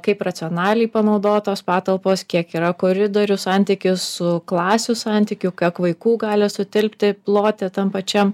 kaip racionaliai panaudotos patalpos kiek yra koridorių santykis su klasių santykiu kiek vaikų gali sutilpti ploty tam pačiam